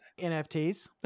NFTs